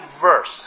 verse